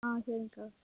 ஆ சரிங்கக்கா